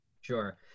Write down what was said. Sure